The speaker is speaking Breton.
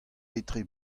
etre